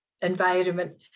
environment